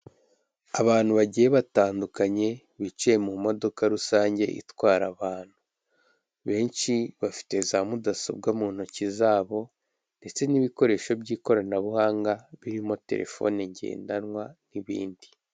Abantu bagiye batandukanye bicaye mu modoka rusange itwara abantu. Benshi bafite za mudasobwa mu ntoki zabo ndetse n'ibikoresho by'ikoranabuhanga birimo telefone ngendanwa n'ibindi.